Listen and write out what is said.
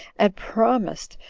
and promised,